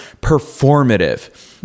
performative